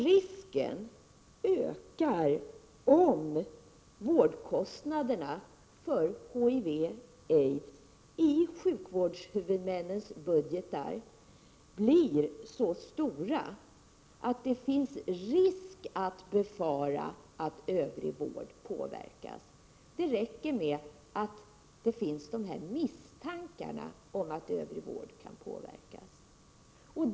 Risken ökar om vårdkostnaderna för aids i sjukvårdshuvudmännens budgetar blir så stora att det kan befaras att övrig vård påverkas. Det räcker att misstankarna finns om att övrig vård kan påverkas.